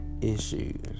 issues